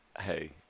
Hey